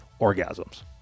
orgasms